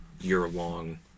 year-long